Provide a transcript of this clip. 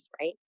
right